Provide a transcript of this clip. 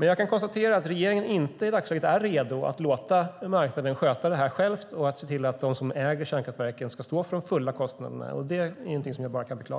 Jag kan konstatera att regeringen i dagsläget inte är redo att låta marknaden sköta detta själv och se till att de som äger kärnkraftverken ska stå för de fulla kostnaderna. Det är något som jag bara kan beklaga.